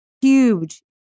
Huge